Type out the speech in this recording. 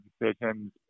decisions